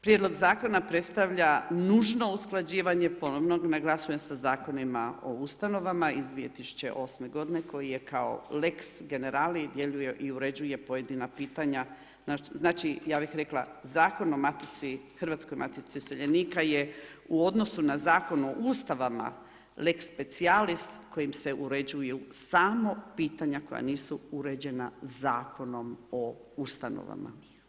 Prijedlog zakona predstavlja nužno usklađivanje, ponovno naglašujem sa Zakonima o ustanovama, iz 2008. g. koji je kao lex generali, djeluje i uređuje pojedina pitanja znači ja bih rekla Zakonom o matici, Hrvatskoj matici iseljenika, je u odnosu na Zakon o ustanovama lex specijlis kojim se uređuju samo pitanja koja nisu uređena zakonom o ustanovama.